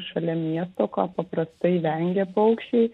šalia miesto ko paprastai vengia paukščiai